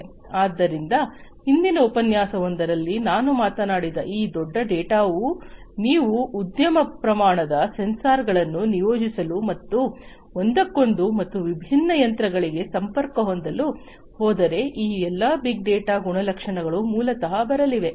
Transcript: ಆದ್ದರಿಂದ ಹಿಂದಿನ ಉಪನ್ಯಾಸವೊಂದರಲ್ಲಿ ನಾನು ಮಾತನಾಡಿದ ಈ ದೊಡ್ಡ ಡೇಟಾವು ನೀವು ಉದ್ಯಮ ಪ್ರಮಾಣದ ಸೆನ್ಸಾರ್ಗಳನ್ನು ನಿಯೋಜಿಸಲು ಮತ್ತು ಒಂದಕ್ಕೊಂದು ಮತ್ತು ವಿಭಿನ್ನ ಯಂತ್ರಗಳಿಗೆ ಸಂಪರ್ಕ ಹೊಂದಲು ಹೋದರೆ ಈ ಎಲ್ಲಾ ಬಿಗ್ ಡೇಟಾ ಗುಣಲಕ್ಷಣಗಳು ಮೂಲತಃ ಬರಲಿವೆ